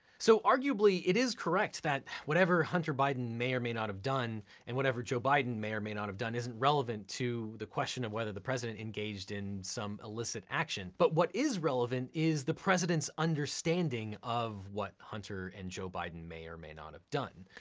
so arguably it is correct that whatever hunter biden may or may not have done, and whatever joe biden may or may not have done isn't relevant to the question of whether president engaged in some illicit action, but what is relevant is the president's understanding of what hunter and joe biden may or may not have done.